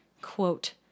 quote